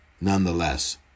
nonetheless